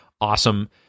awesome